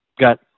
got